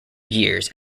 years